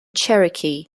cherokee